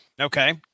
Okay